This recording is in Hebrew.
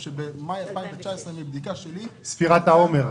במאי 2019 הייתה ספירת העומר.